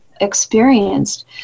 experienced